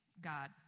God